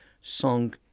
Song